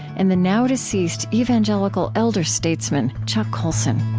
and the now deceased evangelical elder statesman chuck colson